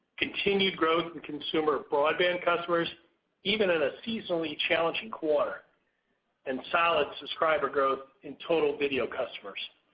continued growth in consumer broadband customers even in a seasonally challenging quarter and solid subscriber growth in total video customers.